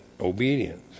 obedience